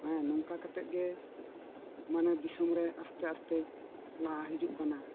ᱦᱮᱸ ᱱᱚᱝᱠᱟ ᱠᱟᱛᱮᱫ ᱜᱮ ᱢᱟᱱᱮ ᱫᱤᱥᱚᱢ ᱨᱮ ᱟᱥᱛᱮ ᱟᱥᱛᱮ ᱞᱟᱦᱟ ᱦᱤᱡᱩᱜ ᱠᱟᱱᱟ